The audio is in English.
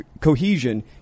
cohesion